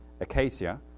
Acacia